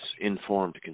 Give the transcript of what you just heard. informed